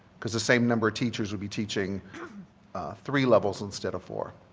because the same number of teachers would be teaching three levels instead of four.